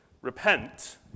repent